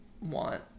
want